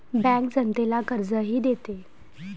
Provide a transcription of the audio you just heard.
bank जनतेला कर्जही देते